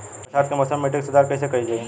बरसात के मौसम में मिट्टी के सुधार कइसे कइल जाई?